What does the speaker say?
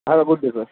have a good day sir